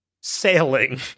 sailing